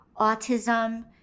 autism